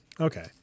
Okay